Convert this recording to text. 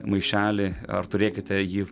maišelį ar turėkite jį